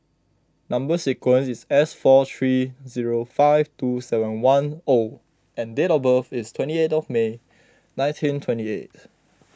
Number Sequence is S four three zero five two seven one O and date of birth is twenty eight of May nineteen twenty eighth